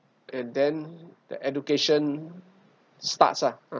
and then the education starts lah ah